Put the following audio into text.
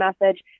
message